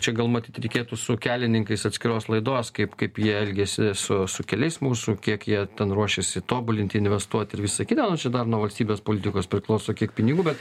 čia gal matyt reikėtų su kelininkais atskiros laidos kaip kaip jie elgiasi su su keliais mūsų kiek jie ten ruošiasi tobulinti investuot ir visa kita nu čia dar nuo valstybės politikos priklauso kiek pinigų bet